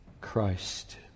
Christ